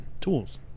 tools